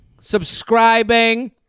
subscribing